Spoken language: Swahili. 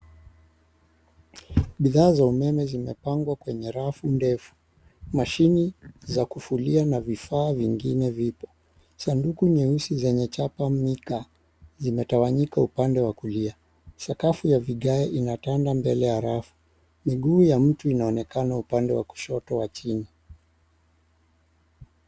Bidhaa za umeme zimepangwa kwenye rafu ndefu. Mashini za kufulia na vifaa vingine vipo. Sanduku nyeusi zenye chapa Mika zimetawanyika upande wa kulia. Sakafu ya vigae inatanda mbele ya rafu. Miguu ya mtu inaonekana upande wa kushoto wa chini.